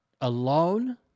alone